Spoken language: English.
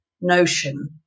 notion